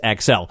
XL